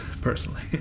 personally